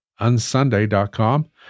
unsunday.com